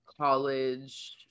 college